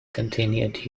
continued